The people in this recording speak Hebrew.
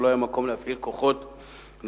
ולא היה מקום להפעיל כוחות נוספים.